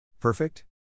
Perfect